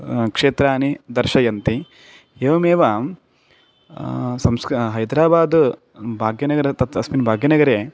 क्षेत्राणि दर्शयन्ति एवमेव संस्का हैद्राबाद् भाग्यनगरं तत् अस्मिन् भाग्यनगरे